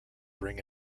bring